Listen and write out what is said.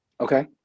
Okay